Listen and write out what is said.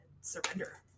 surrender